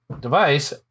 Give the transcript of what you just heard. device